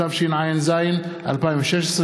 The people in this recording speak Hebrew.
התשע"ז 2016,